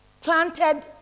planted